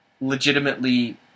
legitimately